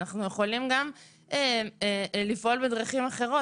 אנחנו יכולים גם לפעול בדרכים אחרות.